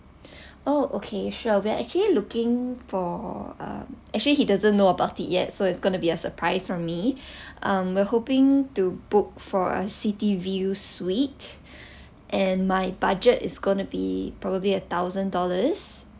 oh okay sure we actually looking for a actually he doesn't know about it yet so it's gonna be a surprise from me um we're hoping to book for a city view suite and my budget is gonna be probably a thousand dollars